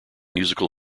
musical